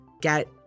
get